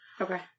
Okay